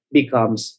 becomes